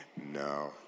No